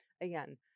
Again